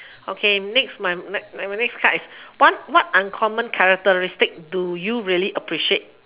okay next my my my next card is what uncommon characteristics do you really appreciate